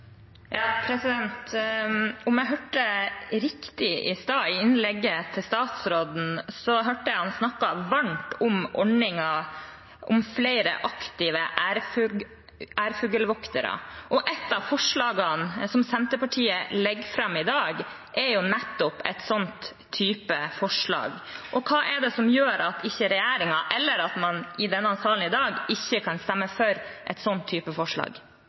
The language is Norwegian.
Om jeg hørte riktig i innlegget til statsråden i stad, snakket han varmt om ordninger med flere aktive ærfuglvoktere. Et av forslagene som Senterpartiet legger fram i dag, er jo nettopp et slikt forslag. Hva er det som gjør at man i denne salen i dag ikke kan stemme for et sånt forslag?